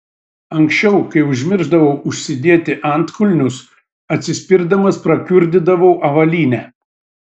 anksčiau kai užmiršdavau užsidėti antkulnius atsispirdamas prakiurdydavau avalynę